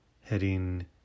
heading